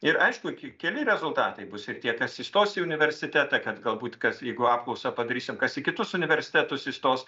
ir aišku ke keli rezultatai bus ir tie kas įstos į universitetą kad galbūt kas jeigu apklausą padarysim kas į kitus universitetus įstos